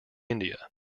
india